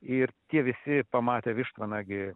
ir tie visi pamatę vištvanagį